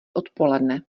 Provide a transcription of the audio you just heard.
odpoledne